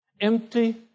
Empty